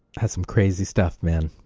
has some crazy stuff, man.